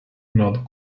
not